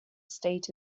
state